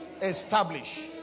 establish